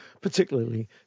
particularly